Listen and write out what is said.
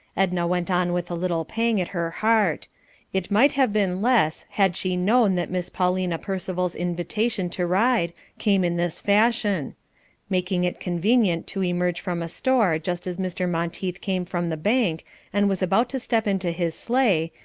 edna went on with a little pang at her heart it might have been less had she known that miss paulina percival's invitation to ride came in this fashion making it convenient to emerge from a store just as mr. monteith came from the bank and was about to step into his sleigh,